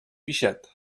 pixat